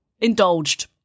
indulged